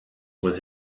with